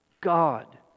God